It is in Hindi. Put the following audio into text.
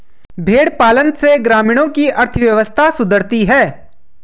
भेंड़ पालन से ग्रामीणों की अर्थव्यवस्था सुधरती है